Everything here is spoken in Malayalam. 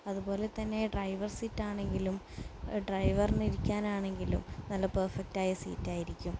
അതുപോലെ തന്നെ ഡ്രൈവർ സീറ്റാണെങ്കിലും ഡ്രൈവറിന് ഇരിക്കാനാണെങ്കിലും നല്ല പെർഫെക്റ്റായ സീറ്റായിരിക്കും